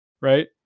right